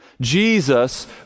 Jesus